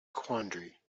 quandary